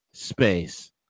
space